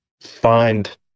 find